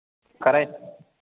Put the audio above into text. करै